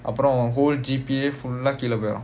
அப்புறம்:appuram whole G_P_A full eh கீழ போய்டும்:keela poyidum